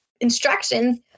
instructions